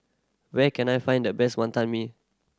where can I find the best Wantan Mee